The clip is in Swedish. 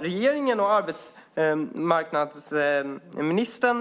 Regeringen och arbetsmarknadsministern